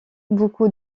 beaucoup